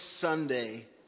Sunday